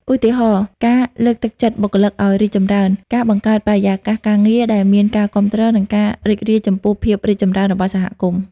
ឧទាហរណ៍ ការលើកទឹកចិត្តបុគ្គលិកឱ្យរីកចម្រើន ការបង្កើតបរិយាកាសការងារដែលមានការគាំទ្រ និងការរីករាយចំពោះភាពរីកចម្រើនរបស់សហគមន៍។